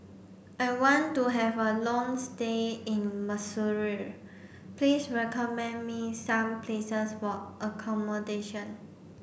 I want to have a long stay in Maseru Please recommend me some places for accommodation